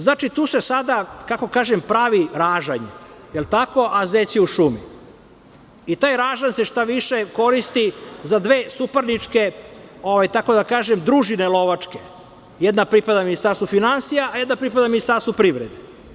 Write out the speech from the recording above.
Znači, tu se sada, kako da kažem, pravi ražanj, a zec je u šumi i taj ražanj se šta više koristi za dve suparničke lovačke družine, jedna pripada Ministarstvu finansija, a jedna pripada Ministarstvu privrede.